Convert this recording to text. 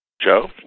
Joe